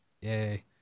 yay